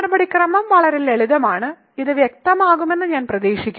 നടപടിക്രമം വളരെ ലളിതമാണെന്ന് ഇത് വ്യക്തമാകുമെന്ന് ഞാൻ പ്രതീക്ഷിക്കുന്നു